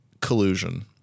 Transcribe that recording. collusion